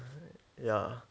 ya